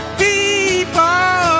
people